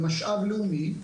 זה משאב לאומי.